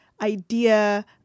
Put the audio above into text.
idea